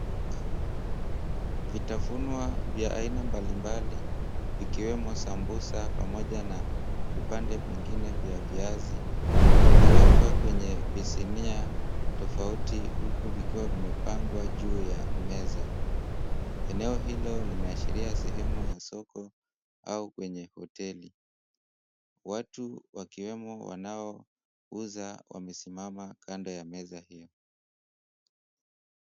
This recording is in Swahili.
Vitafunwa vya aina mbali mbali vikiwemo sambusa pamoja na vipande vingine vya viazi vimewekwa kwenye visinia tofauti huku vikiwa vimepangwa juu ya meza. Eneo hilo linaashiria sehemu ya soko au kwenye hoteli. Watu wakiwemo wanaouza wamesimama kando ya meza hiyo.